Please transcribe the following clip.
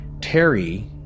Terry